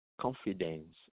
confidence